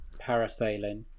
parasailing